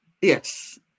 Yes